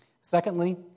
Secondly